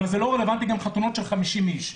אבל גם לא רלוונטי חתונות של 50 איש.